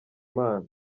imana